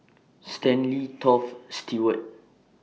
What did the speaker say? Stanley Toft Stewart